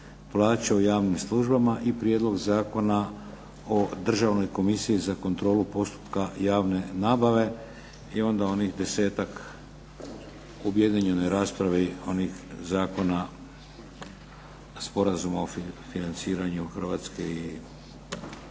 plaće u javnim službama i Prijedlog zakona o Državnoj komisiji za kontrolu postupka javne nabave i onda onih desetak u objedinjenoj raspravi onih zakona, sporazuma o financiranju Hrvatske i